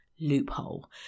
loophole